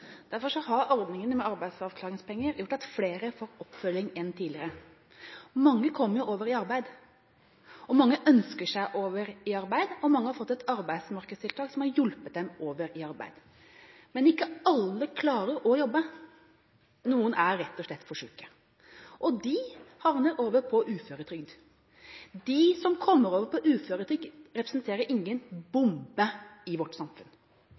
Derfor har ordningene med arbeidsavklaringspenger gjort at flere har fått oppfølging enn tidligere. Mange kommer over i arbeid, mange ønsker seg over i arbeid, og mange har fått et arbeidsmarkedstiltak som har hjulpet dem over i arbeid. Men ikke alle klarer å jobbe. Noen er rett og slett for syke, og de havner over på uføretrygd. De som kommer over på uføretrygd, representerer ingen «bombe» i vårt samfunn.